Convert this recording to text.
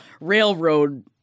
railroad